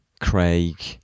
Craig